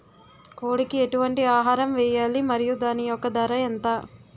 కోడి కి ఎటువంటి ఆహారం వేయాలి? మరియు దాని యెక్క ధర ఎంత?